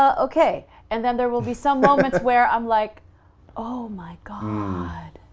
ah okay and then there will be some moments where i'm like oh my god,